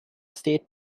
state